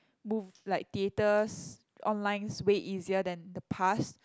move like theaters online's way easier than the past